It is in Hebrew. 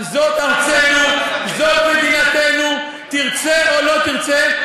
זאת ארצנו, זאת מדינתנו, תרצה או לא תרצה.